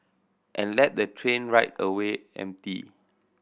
and let the train ride away empty